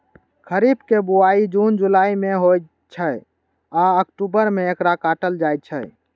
खरीफ के बुआई जुन जुलाई मे होइ छै आ अक्टूबर मे एकरा काटल जाइ छै